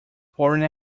foreign